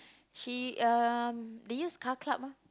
she um they use car club mah